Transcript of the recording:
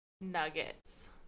nuggets